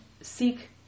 seek